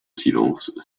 silence